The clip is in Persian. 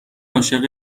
عاشق